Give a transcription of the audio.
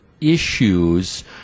issues –